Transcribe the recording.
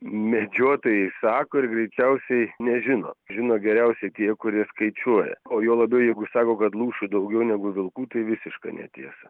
medžiotojai sako ir greičiausiai nežino žino geriausiai tie kurie skaičiuoja o juo labiau jeigu sako kad lūšių daugiau negu vilkų tai visiška netiesa